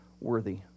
worthy